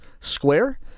square